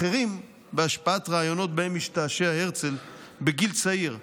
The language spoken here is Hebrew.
אחרים בהשפעת רעיונות שבהם השתעשע הרצל בגיל צעיר,